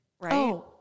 Right